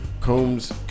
Combs